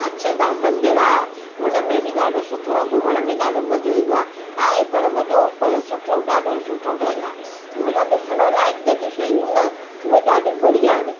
अक्षरधाम मंदरु आहे उन में बि ॾाढो सुठो आहे घुमण में ॾाढो मज़ो ईंदो आहे आहे पर वॾो पर सुठो ॾाढो सुठो ठहियलु आहे मतिलबु ॾिसणु लाइक़ु जेके शयूं आहिनि न उहे ॾाढियूं बढ़िया आहिनि